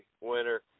winner